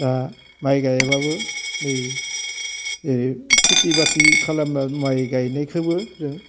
बा माइ गायबाबो नै ओरै खिथि बाथि खालामना माइ गायनायखौबो जों